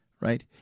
Right